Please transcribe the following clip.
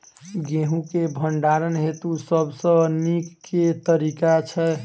गेंहूँ केँ भण्डारण हेतु सबसँ नीक केँ तरीका छै?